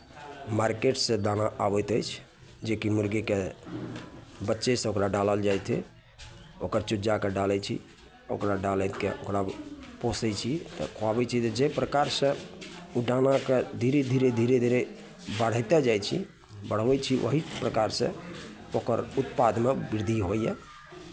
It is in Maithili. मार्केटसँ दाना आबैत अछि जेकि मुर्गीकेँ बच्चेसँ ओकरा डालल जाइत अइ ओकर चूजाके डालै छी ओकरा डालैतके ओकरा पोसै छी तऽ खुआबै छी जे प्रकारसँ ओ दानाके धीरे धीरे धीरे धीरे बढ़बिते जाइ छी बढ़बै छी ओही प्रकारसँ ओकर उत्पादमे वृद्धि होइए